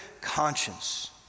conscience